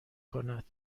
کند